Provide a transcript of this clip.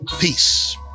Peace